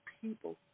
people